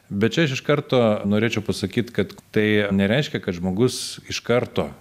bet čia aš iš karto norėčiau pasakyt kad tai nereiškia kad žmogus iš karto